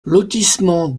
lotissement